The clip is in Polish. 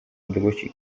odległości